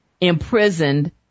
imprisoned